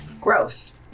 Gross